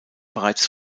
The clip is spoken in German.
bereits